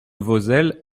vozelle